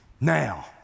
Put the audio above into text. Now